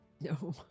No